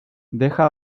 deja